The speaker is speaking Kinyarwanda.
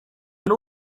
n’u